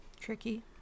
Tricky